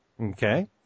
Okay